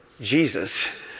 Jesus